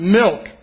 milk